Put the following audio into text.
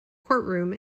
courtroom